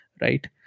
right